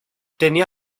tenía